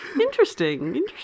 interesting